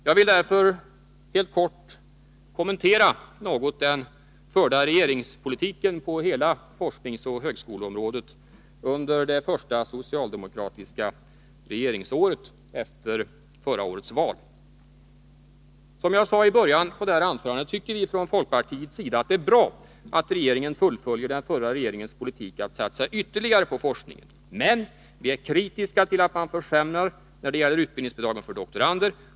Jag vill därför helt kort kommentera den på hela forskningsoch högskoleområdet förda regeringspolitiken under det första socialdemokratiska regeringsåret efter förra årets val. Som jag sade i början på det här anförandet tycker vi från folkpartiets sida att det är bra att regeringen fullföljer den förra regeringens politik att satsa ytterligare på forskningen. Men — vi är kritiska till att man försämrar när det gäller utbildningsbidragen för doktorander.